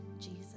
Jesus